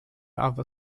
other